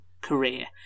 career